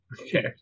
Okay